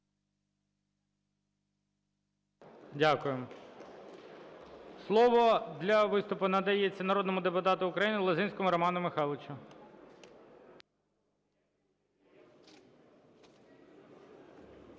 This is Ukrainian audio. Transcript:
Дякую. Слово для виступу надається народному депутату України Лозинському Роману Михайловичу.